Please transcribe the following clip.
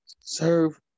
Serve